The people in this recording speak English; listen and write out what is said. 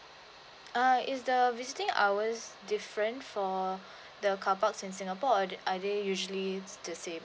uh is the visiting hours different for the carparks in singapore or are they usually the same